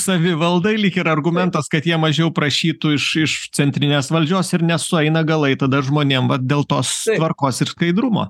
savivaldai lyg ir argumentas kad jie mažiau prašytų iš iš centrinės valdžios ir nesueina galai tada žmonėm vat dėl tos tvarkos ir skaidrumo